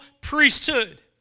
priesthood